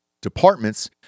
departments